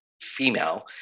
female